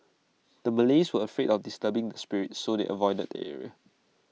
the Malays were afraid of disturbing the spirits so they avoided the area